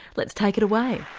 let's take it away.